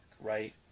right